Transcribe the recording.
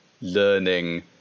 learning